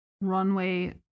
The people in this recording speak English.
runway